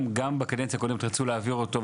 גם בקדנציה הקודמת רצו להעביר אותו.